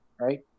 Right